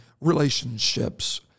relationships